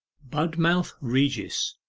budmouth regis,